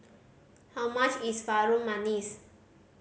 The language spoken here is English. how much is Harum Manis